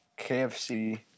KFC